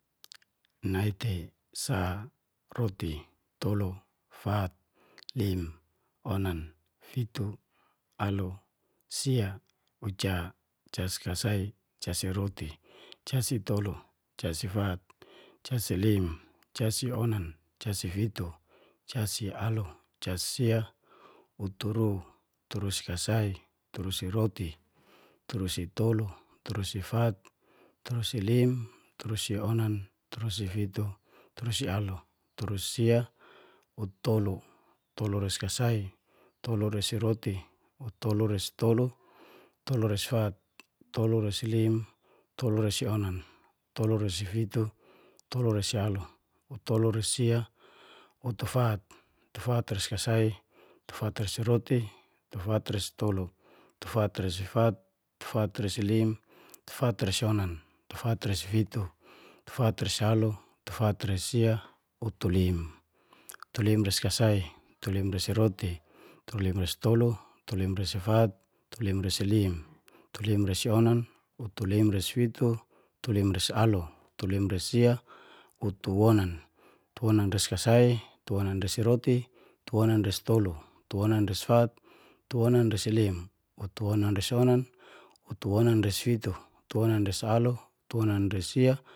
Nai tei, sa, roti, tolu, fat, lim, onan, fitu, alu, sia, uca, uca si kasai, uca si roti, uca si tolu, uca si fat, uca si lim, uca si onan, uca si fitu, uca si alu, uca si sia, uturu. Uturu si kasai, uturu si roti, uturu si tolu, uturu si fat, uturu si lim, uturu si onan, uturu si fitu, uturu si alu, uturu si sia, utolu. Utolu resi kasai, utolu resi roti, utolu resi tolu, utolu resi fat, utolu resi lim, utolu resi onan, utolu resi fitu, utolu resi alu, utolu resi sia. utufat. Utufat resi kasai, utufat resi roti, utufat resi tolu, utufat resi fat, utufat resi lim, utufat resi onan, utufat resi fitu, utufat resi alu, utufat resi sia, utulim. Utulim resi kasai, utulim resi roti, utulim resi tolu, utulim resi fat, utulim resi lim, utulim resi onan, utulim resi fitu, utulim resi alu, utulim resi sia, utuonan. Utuonan resi kasai, utuonan resi roti, utuonan resi tolu, utuonan resi fat, utuonan resi lim, utuonan resi onan, utuoanan resi fitu, utuonan resi alu, utuonan resi si